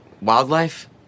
Wildlife